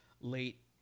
late